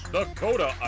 Dakota